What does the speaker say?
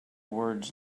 words